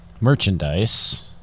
merchandise